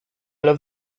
love